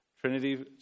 Trinity